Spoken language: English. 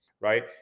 right